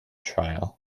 trial